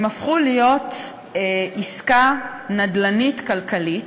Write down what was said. הם הפכו להיות עסקה נדל"נית כלכלית,